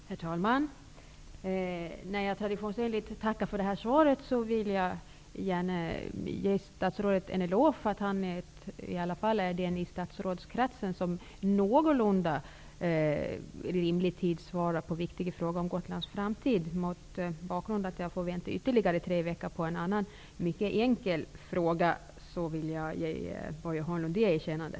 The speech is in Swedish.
Herr talman! När jag nu traditionsenligt tackar för svaret vill jag samtidigt ge statsrådet en eloge för att han är den i statsrådskretsen som i någorlunda rimlig tid svarar på viktiga frågor om Gotlands framtid -- detta sagt mot bakgrund av att jag får vänta ytterligare tre veckor på svaret på en annan, mycket enkel fråga. Jag vill ge Börje Hörnlund det erkännandet.